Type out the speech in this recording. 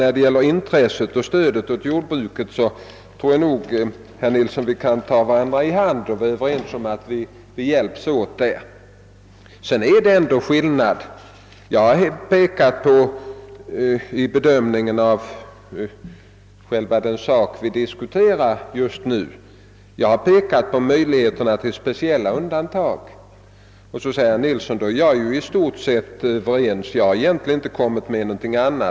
När det gäller intresset för att stödja jordbruket tror jag sålunda, herr Nilsson, att vi kan ta varandra i hand och vara Överens om att hjälpas åt. Men det föreligger ändå en skillnad. På det område vi nu diskuterar har jag pekat på möjligheterna till speciella undantag. Då säger herr Nilsson, att han i stort sett är överens med mig, eftersom han egentligen inte har föreslagit någonting annat.